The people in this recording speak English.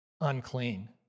unclean